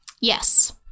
Yes